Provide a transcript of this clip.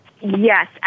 Yes